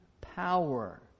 power